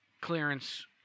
clearance